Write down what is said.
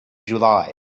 july